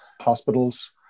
hospitals